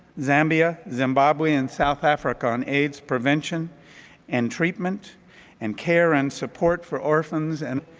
zambia, zimbabwe, and south africa on aids prevention and treatment and care and support for ore fans and